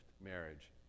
marriage